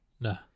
No